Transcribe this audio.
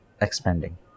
expanding